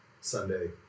sunday